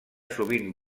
sovint